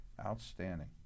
Outstanding